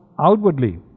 Outwardly